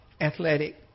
Athletic